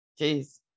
Jeez